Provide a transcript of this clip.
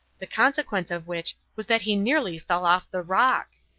the consequence of which was that he nearly fell off the rock.